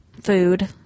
food